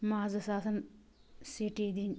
مازَس آسان سیٖٹی دِنۍ